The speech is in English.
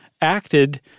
acted